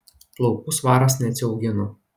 plaukų svaras neatsiaugino